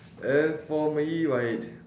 and for me right